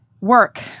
Work